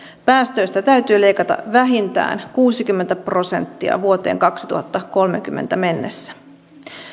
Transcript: päästöistä täytyy leikata vähintään kuusikymmentä prosenttia vuoteen kaksituhattakolmekymmentä mennessä